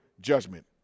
judgment